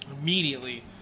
immediately